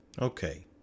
Okay